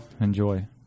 Enjoy